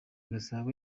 gasabo